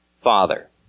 Father